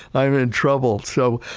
i'm in trouble. so,